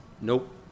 nope